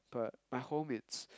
but my home is but